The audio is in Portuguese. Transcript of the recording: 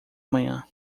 manhã